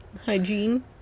Hygiene